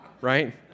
Right